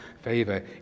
favor